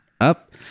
up